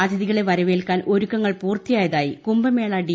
അതിഥികളെ വരവേൽക്കാൻ ഒരുക്കങ്ങൾ പൂർത്തിയായതായി കുംഭമേള ഡി